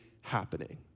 happening